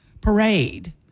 parade